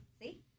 See